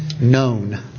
known